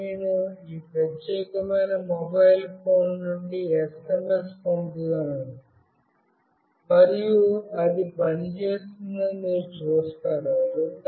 మొదట నేను ఈ ప్రత్యేకమైన మొబైల్ ఫోన్ నుండి SMS పంపుతాను మరియు అది పని చేస్తుందని మీరు చూస్తారు